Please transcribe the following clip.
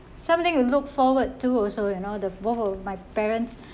something you look forward to also and all the both of my parents